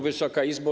Wysoka Izbo!